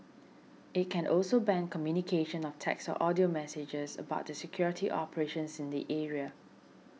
it can also ban communication of text or audio messages about the security operations in the area